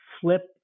flip